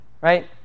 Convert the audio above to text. Right